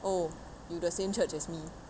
oh you the same church as me